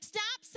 Stop